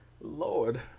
Lord